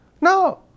No